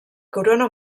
corona